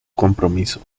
compromiso